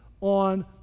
on